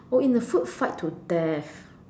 oh in a food fight to death